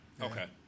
Okay